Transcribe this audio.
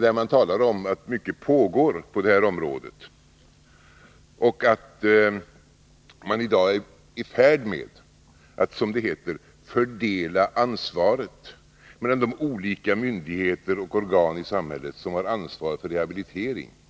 det talas om att mycket arbete pågår på detta område och att man i dag är i färd med att, som det heter, fördela ansvaret mellan de olika myndigheter och organ i samhället som har ansvaret för rehabiliteringen.